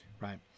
right